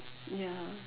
ya